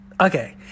Okay